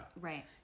Right